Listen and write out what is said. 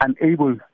unable